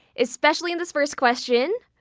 especially in this first question.